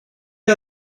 are